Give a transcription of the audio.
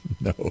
No